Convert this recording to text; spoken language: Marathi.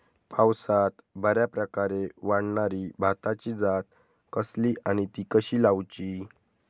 पावसात बऱ्याप्रकारे वाढणारी भाताची जात कसली आणि ती कशी लाऊची?